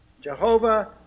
Jehovah